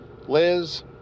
Liz